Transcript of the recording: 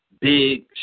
big